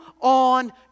on